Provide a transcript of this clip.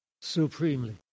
supremely